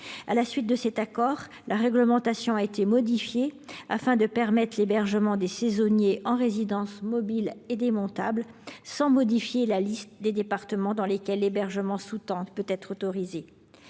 À la suite de cet accord, la réglementation a été modifiée afin de permettre l’hébergement des saisonniers en résidence mobile et démontable. En revanche, la liste des départements où l’hébergement sous tente peut être autorisé